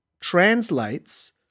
translates